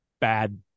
bad